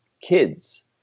kids